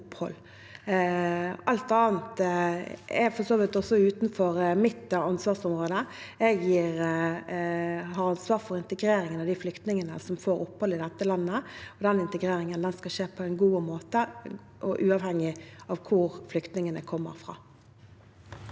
Alt annet er for så vidt utenfor mitt ansvarsområde. Jeg har ansvaret for integrering av de flyktningene som får opphold i dette landet, og den integreringen skal skje på en god måte og uavhengig av hvor flyktningene kommer fra.